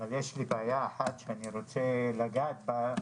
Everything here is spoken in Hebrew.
אבל יש לי בעיה אחת שאני רוצה לגעת בה.